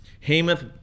Hamath